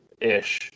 ish